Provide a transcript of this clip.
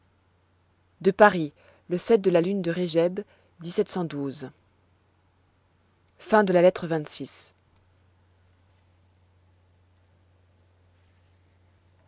de paris le de la lune de